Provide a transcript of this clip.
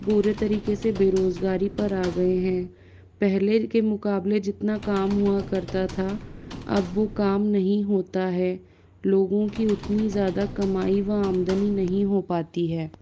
पूरे तरीके से बेरोज़गारी पे आ गए है पहले के मुकाबले जितना काम हुआ करता था अब वो काम नहीं होता है लोगों की उतनी ज़्यादा कमाई व आमदनी नहीं हो पाती है